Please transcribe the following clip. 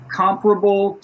comparable